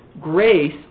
grace